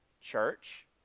church